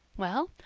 well,